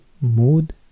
Mood